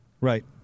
Right